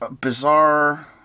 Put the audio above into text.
Bizarre